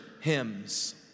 hymns